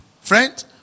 Friend